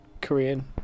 Korean